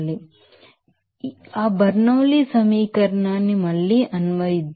కాబట్టి ఆ బెర్నౌలీ సమీకరణాన్ని మళ్ళీ అన్వయిద్దాం